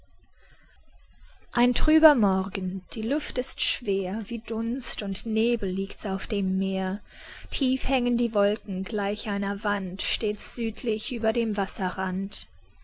ein trüber morgen die luft ist schwer wie dunst und nebel liegt's auf dem meer tief hängen die wolken gleich einer wand steht's südlich über dem wasserrand